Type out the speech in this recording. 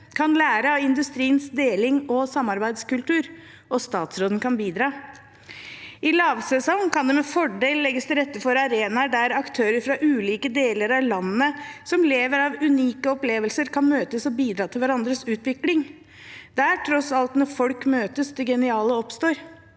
kan lære av industriens delings- og samarbeidskultur, og statsråden kan bidra. I lavsesong kan det med fordel legges til rette for arenaer der aktører fra ulike deler av landet som lever av unike opplevelser, kan møtes og bidra til hverandres utvikling. Det er tross alt når folk møtes, det geniale oppstår.